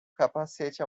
capacete